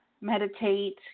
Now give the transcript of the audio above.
meditate